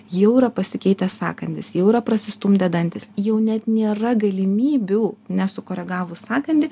jau yra pasikeitęs sąkandis jau yra prasistumdę dantys jau net nėra galimybių nesukoregavus sąkandį